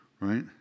right